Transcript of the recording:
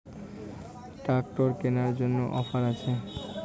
Tractor কেনার জন্য offer আছে?